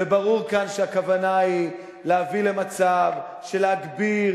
וברור כאן שהכוונה כאן היא להביא למצב של להגביר